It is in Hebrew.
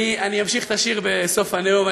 אני אמשיך את השיר בסוף הנאום.